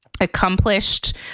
accomplished